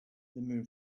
moon